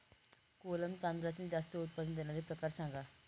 कोलम तांदळातील जास्त उत्पादन देणारे प्रकार सांगा